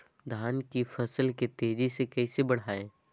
धान की फसल के तेजी से कैसे बढ़ाएं?